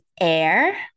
air